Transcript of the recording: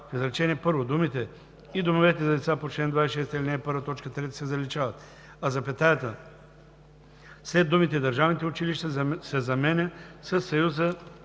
изречение първо думите „и домовете за деца по чл. 26, ал. 1, т. 3“ се заличават, а запетаята след думите „държавните училища“ се заменя със съюза